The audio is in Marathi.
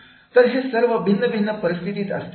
सर हे सर्व भिन्नभिन्न परिस्थिती असतील